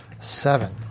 Seven